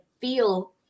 feel